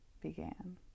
began